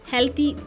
Healthy